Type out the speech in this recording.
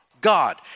God